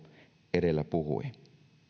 edellä puhui